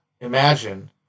imagine